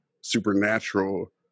supernatural